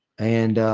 and